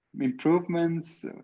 improvements